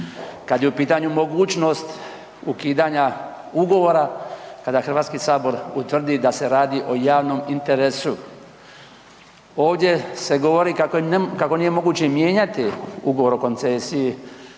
Kad je u pitanju mogućnost ukidanja ugovora, kada Hrvatski sabor utvrdi da se radi o javnom interesu. Ovdje se govori kako nije moguće mijenjati ugovor o koncesiji